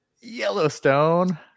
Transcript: Yellowstone